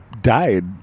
died